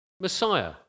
messiah